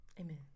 Amen